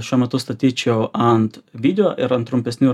šiuo metu statyčiau ant video ir ant trumpesnių